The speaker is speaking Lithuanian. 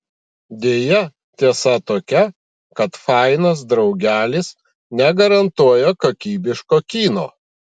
deja tiesa tokia kad fainas draugelis negarantuoja kokybiško kino